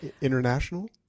International